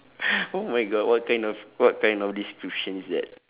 oh my god what kind of what kind of description is that